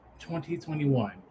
2021